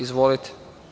Izvolite.